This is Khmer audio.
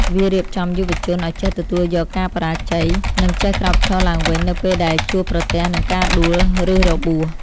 វារៀបចំយុវជនឱ្យចេះទទួលយកការបរាជ័យ និងចេះក្រោកឈរឡើងវិញនៅពេលដែលជួបប្រទះនឹងការដួល ឬរបួស។